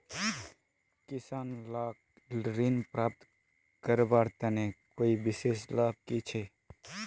किसान लाक ऋण प्राप्त करवार तने कोई विशेष लाभ छे कि?